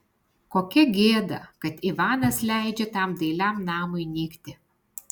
kokia gėda kad ivanas leidžia tam dailiam namui nykti